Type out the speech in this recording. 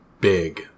big